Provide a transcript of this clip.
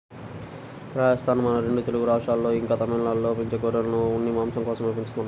రాజస్థానూ, మన రెండు తెలుగు రాష్ట్రాల్లో, ఇంకా తమిళనాడులో పెంచే గొర్రెలను ఉన్ని, మాంసం కోసమే పెంచుతారంట